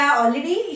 already